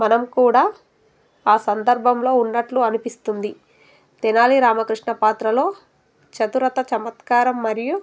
మనం కూడా ఆ సందర్భంలో ఉన్నట్లు అనిపిస్తుంది తెనాలి రామకృష్ణ పాత్రలో చతురత చమత్కారం మరియు